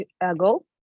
ago